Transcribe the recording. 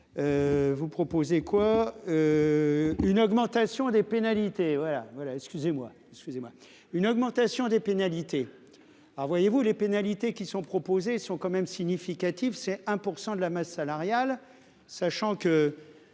Vous proposez quoi. Une augmentation des pénalités. Voilà voilà. Excusez-moi, excusez-moi une augmentation des pénalités. Ah voyez-vous les pénalités qui sont proposées sont quand même significatif, c'est 1% de la masse salariale. Sachant que.